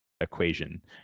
equation